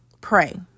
Pray